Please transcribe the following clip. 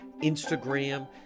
instagram